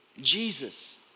Jesus